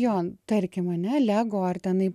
jo tarkim ane lego ar tenai